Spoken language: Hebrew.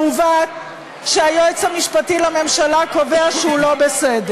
מעוות, שהיועץ המשפטי לממשלה קובע שהוא לא בסדר?